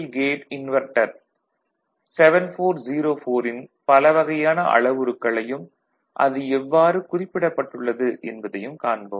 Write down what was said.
gate inverter 7404 ன் பல வகையான அளவுருக்களையும் அது எவ்வாறு குறிப்பிடப்பட்டுள்ளது என்பதையும் காண்போம்